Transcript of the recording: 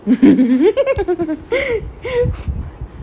I didn't even find a lot of money for new trend but I think the funniest is this